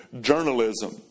journalism